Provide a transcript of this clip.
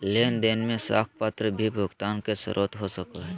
लेन देन में साख पत्र भी भुगतान के स्रोत हो सको हइ